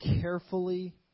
carefully